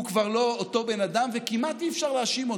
הוא כבר לא אותו בן אדם וכמעט אי-אפשר להאשים אותו.